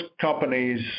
companies